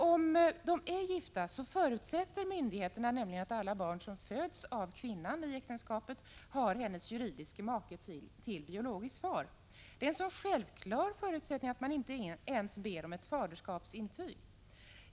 Om så är fallet förutsätter nämligen myndigheterna att alla barn som föds av kvinnan i äktenskapet har hennes juridiske make till biologisk far. Detta är en så självklar förutsättning att man inte ens ber om ett faderskapsintyg.